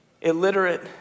illiterate